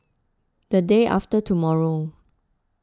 the day after tomorrow